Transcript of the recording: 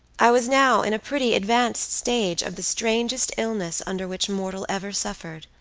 i was now in a pretty advanced stage of the strangest illness under which mortal ever suffered.